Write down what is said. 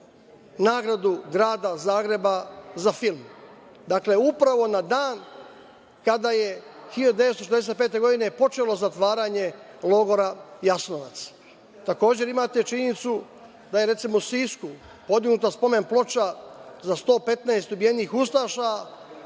nagradu grada Zagreba za film. Dakle, upravo na dan kada je 1945. godine počelo zatvaranje logora Jasenovac. Takođe, imate činjenicu da je u Sisku podignuta spomen ploča za 115 ubijenih ustaša,